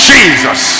Jesus